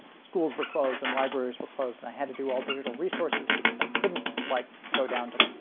schools were closed and libraries were closed and i had to do all digital resources because i couldn't like go down to